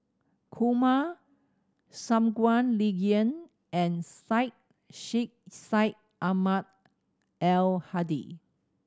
Kumar Shangguan Liuyun and Syed Sheikh Syed Ahmad Al Hadi